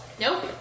Nope